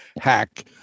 hack